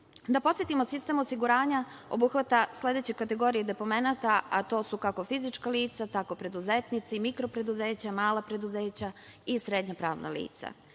podsetimo, sistem osiguranja obuhvata sledeće kategorije deponenata, a to su, kako fizička lica, tako preduzetnici, mikropreduzeća, mala preduzeća i srednja pravna lica.